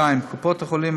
קופות החולים,